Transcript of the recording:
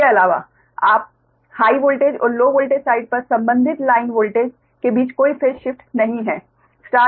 इसके अलावा high voltage और लो वोल्टेज साइड पर संबंधित लाइन वोल्टेज के बीच कोई फेस शिफ्ट नहीं है